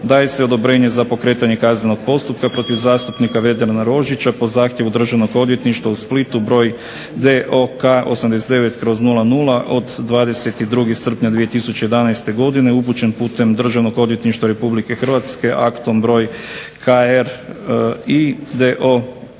daje se odobrenje za pokretanje kaznenog postupka protiv zastupnika Vedrana Rožića po zahtjevu državnog odvjetništva u Splitu broj DOK89/00 od 22. srpnja 2011. godine, upućen putem državnog odvjetništva Republike Hrvatske aktom broj